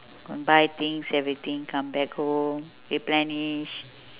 buy things everything come back home replenish